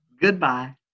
Goodbye